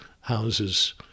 houses